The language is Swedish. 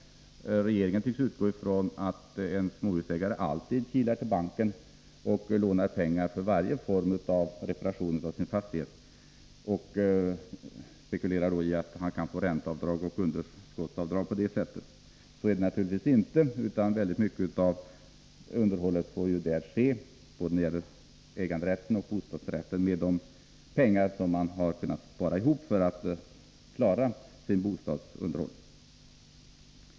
Regeringen tycks utgå från att en småhusägare alltid kilar till banken och lånar pengar för varje form av reparation av sin fastighet och då spekulerar i att han på det sättet kan få ränteavdrag och underskottsavdrag. Så är det naturligtvis inte, utan väldigt mycket av underhållet får ske — både när det gäller egna hem och när det gäller bostadsrätter — med pengar som man har sparat ihop för att kunna klara just bostadsunderhållet.